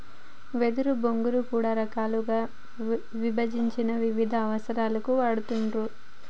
వెదురు బొంగులో కూడా రకాలుగా విభజించి వివిధ అవసరాలకు వాడుతూండ్లు